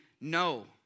no